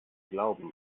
glauben